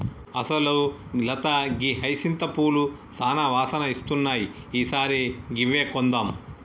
అసలు లత గీ హైసింత పూలు సానా వాసన ఇస్తున్నాయి ఈ సారి గివ్వే కొందాం